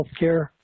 healthcare